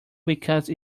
because